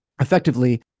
effectively